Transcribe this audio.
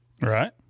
Right